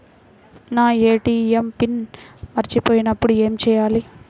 నా ATM PIN మర్చిపోయినప్పుడు ఏమి చేయాలి?